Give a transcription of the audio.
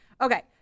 Okay